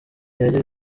yagize